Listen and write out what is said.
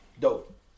Dope